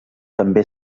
també